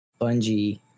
Bungie